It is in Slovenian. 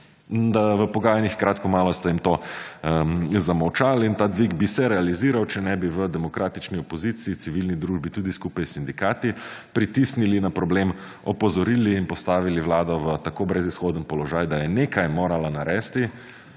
v pogajanjih kratko malo ste jim to zamolčali in ta dvig bi se realiziral, če ne bi v demokratični opoziciji, civilni družbi tudi skupaj s sindikati pritisnili na problem opozoril in postavili Vlado v tako brezizhoden položaj, da je nekaj morala naresti